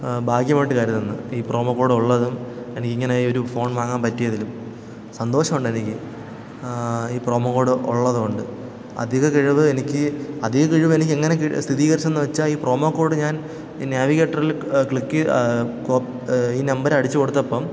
ഭാഗ്യമായിട്ട് കരുതുന്നു ഈ പ്രമോ കോഡുള്ളതും എനിക്ക് ഇങ്ങനെ ഒരു ഫോൺ വാങ്ങാൻ പറ്റിയതിലും സന്തോഷമുണ്ടെനിക്ക് ഈ പ്രമോ കോഡുള്ളതുകൊണ്ട് അധിക കിഴിവ് എനിക്ക് അധിക കിഴിവ് എനിക്കെങ്ങനെ സ്ഥിരീകരിച്ചെന്ന് ചോദിച്ചാല് ഈ പ്രമോ കോഡ് ഞാൻ ഈ നാവിഗേറ്ററില് ക്ലിക്ക് ഈ നമ്പറടിച്ച് കൊടുത്തപ്പോള്